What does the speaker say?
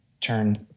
turn